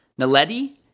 Naledi